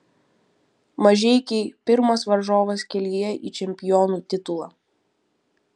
mažeikiai pirmas varžovas kelyje į čempionų titulą